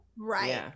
right